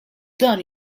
dan